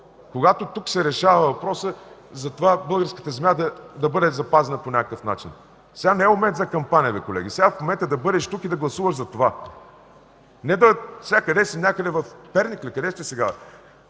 Когато тук се решава въпросът за това българската земя да бъде запазена по някакъв начин, сега не е моментът за кампания, бе, колеги! Сега моментът е да бъдеш тук и да гласуваш за това! Не, сега къде си, някъде в Перник ли, къде сте сега